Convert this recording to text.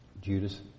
Judas